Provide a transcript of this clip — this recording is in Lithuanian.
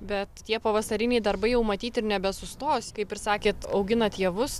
bet tie pavasariniai darbai jau matyt ir nebesustos kaip ir sakėt auginat javus